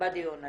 בדיון הזה.